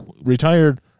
retired